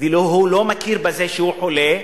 והוא לא מכיר בזה שהוא חולה,